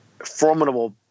formidable